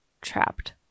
Trapped